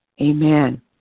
amen